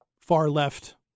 far-left